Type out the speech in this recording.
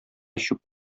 чүп